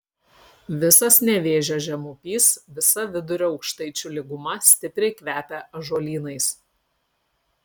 visas nevėžio žemupys visa vidurio aukštaičių lyguma stipriai kvepia ąžuolynais